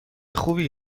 خوبی